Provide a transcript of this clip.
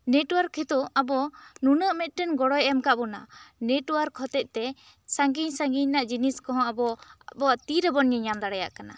network ᱱᱤᱛᱚᱜ ᱟᱵᱚ ᱱᱩᱱᱟᱹᱜ ᱢᱤᱫᱴᱮᱱ ᱜᱚᱲᱚᱭ ᱮᱢ ᱠᱟᱵᱚᱱᱟ ᱱᱮᱴᱣᱟᱹᱨᱠ ᱦᱚᱛᱮᱛᱮ ᱥᱟ ᱜᱤᱧ ᱥᱟ ᱜᱤᱧ ᱨᱮᱭᱟᱜ ᱡᱤᱱᱤᱥ ᱦᱚᱸ ᱟᱵᱚ ᱟᱵᱚᱣᱟᱜ ᱛᱤᱨᱮ ᱵᱚᱱ ᱧᱮᱞ ᱧᱟᱢ ᱫᱟᱲᱮᱭᱟᱜ ᱠᱟᱱᱟ